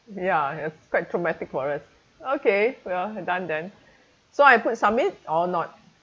ya it's quite traumatic for us okay we are done then so I put submit or not